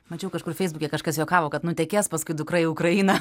mačiau kažkur feisbuke kažkas juokavo kad nutekės paskui dukra į ukrainą